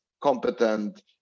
competent